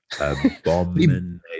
abomination